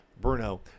Bruno